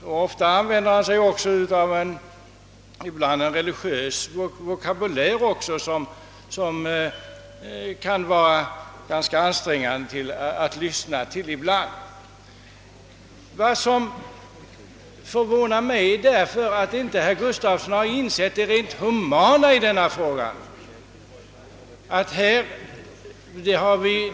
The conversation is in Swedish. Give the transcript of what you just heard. Ibland använder han också en religiös vokabulär, som det kan vara ganska ansträngande att lyssna på. Herr Gustafsson borde då också ha insett det rent humana i den fråga det här gäller.